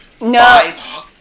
No